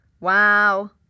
Wow